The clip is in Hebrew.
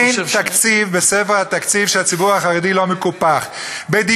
אין תקציב בספר התקציב שהציבור החרדי לא מקופח בו.